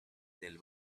del